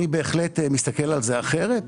אני בהחלט מסתכל על זה אחרת.